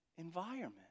environment